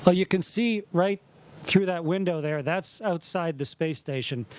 so you can see right through that window there, that's outside the space station.